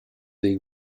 dei